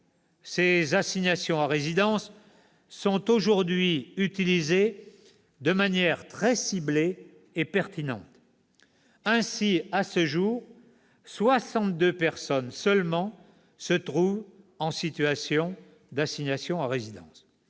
préparées, elles sont aujourd'hui utilisées de manière très ciblée et pertinente. Ainsi, à ce jour, 62 personnes seulement se trouvent aujourd'hui en situation d'assignation à résidence